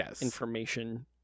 information